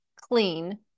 clean